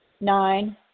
Nine